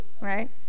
right